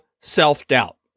self-doubt